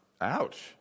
Ouch